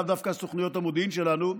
לאו דווקא סוכנויות המודיעין שלנו,